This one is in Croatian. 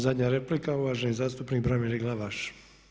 Zadnja replika, uvaženi zastupnik Branimir Glavaš.